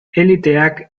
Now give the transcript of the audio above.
eliteak